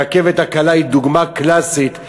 הרכבת הקלה היא דוגמה קלאסית,